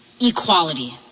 equality